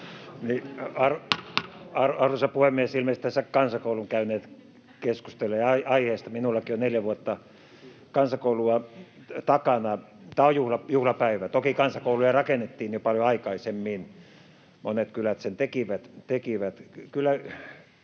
Arvoisa puhemies! Ilmeisesti tässä kansakoulun käyneet keskustelevat aiheesta. Minullakin on neljä vuotta kansakoulua takana. Tämä on juhlapäivä. Toki kansakouluja rakennettiin jo paljon aikaisemmin, monet kylät sen tekivät.